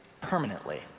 permanently